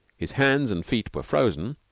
his hands and feet were frozen.